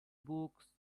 books